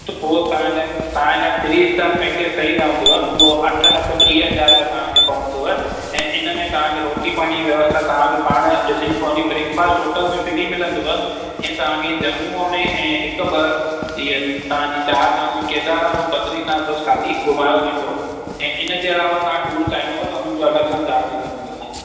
त पोइ तव्हां लाइ तव्हां लाइ थ्री स्टार पैकेज़ सही रहंदुव उहो अठ लख टीह हज़ार रुपयो तव्हांखे पवंदुव ऐं इन में तव्हांखे रोटी पाणीअ जी व्यवस्था तव्हांखे पाण ॾिसिणी पवंदी ब्रेकफास्ट होटल में फ्री मिलंदुव ऐं तव्हांखे जम्मू में ऐं हिक ॿ ॾींह तव्हांजी चार धाम जी केदारनाथ ऐं बद्रीनाथ जी बसि ख़ाली घुमायो वेंदो ऐं इन जे अलावा तव्हां टूर चाहींदव त हुन जो अलॻि सां चार्ज लॻंदव